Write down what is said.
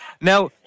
Now